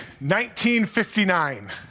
1959